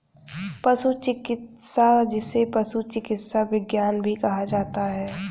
पशु चिकित्सा, जिसे पशु चिकित्सा विज्ञान भी कहा जाता है